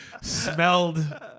smelled